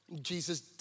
Jesus